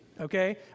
okay